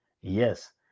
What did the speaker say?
Yes